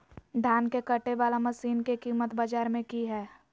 धान के कटे बाला मसीन के कीमत बाजार में की हाय?